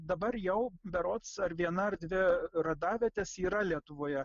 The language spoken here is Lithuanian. dabar jau berods ar viena ar dvi radavietės yra lietuvoje